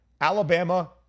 Alabama